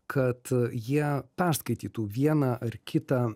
kad jie perskaitytų vieną ar kitą